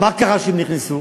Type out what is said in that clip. מה קרה שהם נכנסו?